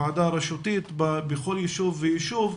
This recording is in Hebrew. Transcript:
ועדה רשותית בכל ישוב וישוב.